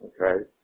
Okay